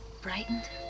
frightened